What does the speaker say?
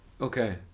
Okay